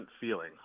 feeling